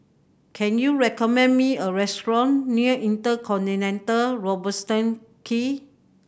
can you recommend me a restaurant near InterContinental Robertson Quay